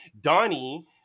Donnie